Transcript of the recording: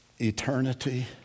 eternity